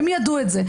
הם ידעו את זה.